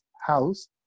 house